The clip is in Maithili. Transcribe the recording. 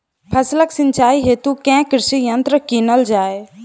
फसलक सिंचाई हेतु केँ कृषि यंत्र कीनल जाए?